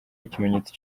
ikimenyetso